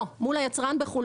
לא, זה מול היצרן בחו"ל.